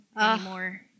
anymore